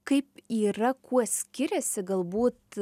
kaip yra kuo skiriasi galbūt